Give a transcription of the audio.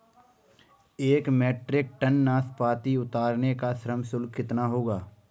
एक metric tonne नाशपाती उतारने का श्रम शुल्क कितना होगा?